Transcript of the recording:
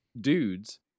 dudes